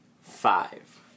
Five